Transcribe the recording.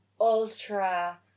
ultra